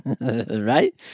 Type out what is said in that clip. Right